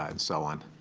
um so on.